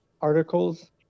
articles